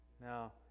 Now